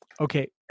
Okay